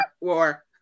war